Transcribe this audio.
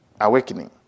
awakening